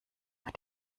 auf